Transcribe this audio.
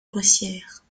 boissière